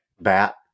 Bat